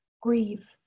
grieve